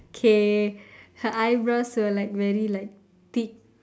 k her eyebrows were like very like thick